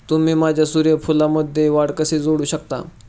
तुम्ही माझ्या सूर्यफूलमध्ये वाढ कसे जोडू शकता?